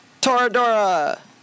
Toradora